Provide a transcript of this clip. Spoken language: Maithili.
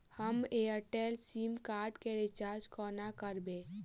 हम एयरटेल सिम कार्ड केँ रिचार्ज कोना करबै?